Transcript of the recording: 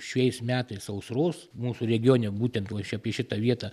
šiais metais sausros mūsų regione būtent va čia apie šitą vietą